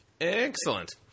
Excellent